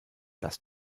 das